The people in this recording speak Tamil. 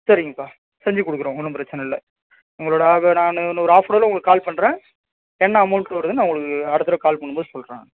சரிங்கப்பா செஞ்சு கொடுக்குறோம் ஒன்றும் பிரச்சனை இல்லை உங்களோடு ஆக நான் இன்னும் ஒரு ஹாஃப் அன் அவரில் உங்களுக்கு கால் பண்ணுறேன் என்ன அமௌண்ட் வருதுன்னு நான் உங்களுக்கு அடுத்த தடவை கால் பண்ணும்போது சொல்கிறேன் நான்